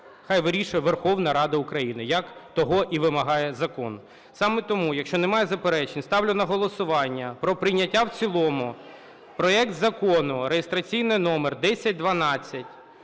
хай вирішує Верховна Рада України, як того і вимагає закон. Саме тому, якщо немає заперечень, ставлю на голосування про прийняття в цілому проект Закону (реєстраційний номер 1012)